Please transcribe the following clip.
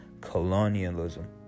colonialism